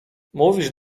mówisz